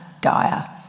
dire